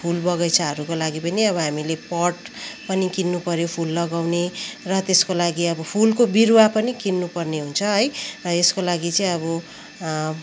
फुल बगैँचाहरूको लागि पनि अब हामीले पट पनि किन्नुपऱ्यो फुल लगाउने र त्यसको लागि अब फुलको बिरुवा पनि किन्नुपर्ने हुन्छ है र यसको लागि चाहिँ अब